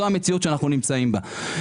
זו המציאות שאנחנו נמצאים בה.